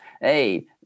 hey